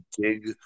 dig